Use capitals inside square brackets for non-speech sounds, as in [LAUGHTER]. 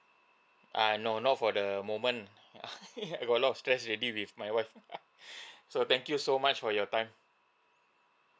uh no not for the moment [LAUGHS] I got a lot of stress already with my wife [LAUGHS] so thank you so much for your time